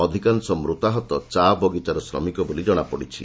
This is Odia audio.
ଅଧିକାଂଶ ମୃତାହତ ଚା' ବଗିଚାର ଶ୍ରମିକ ବୋଲି ଜଣାପଡ଼ିଛି